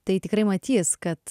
tai tikrai matys kad